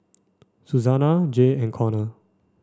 Susana Jay and Conor